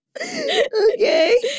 Okay